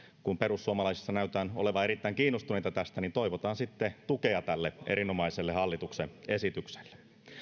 kun perussuomalaisissa näytään olevan erittäin kiinnostuneita tästä niin toivotaan sitten tukea tälle erinomaiselle hallituksen esitykselle